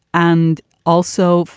and also,